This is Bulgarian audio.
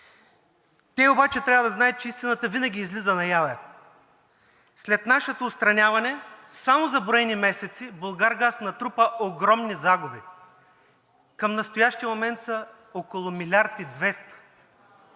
Те обаче трябва да знаят, че истината винаги излиза наяве. След нашето отстраняване само за броени месеци „Булгаргаз“ натрупа огромни загуби. Към настоящия момент са около 1 млрд. и 200.